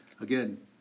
again